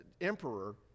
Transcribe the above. emperor